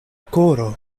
koro